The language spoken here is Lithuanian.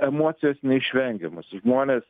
emocijos neišvengiamos žmonės